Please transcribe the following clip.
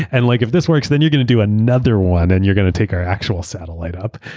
and like if this works, then you're going to do another one and you're going to take our actual satellite up.